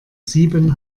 sieben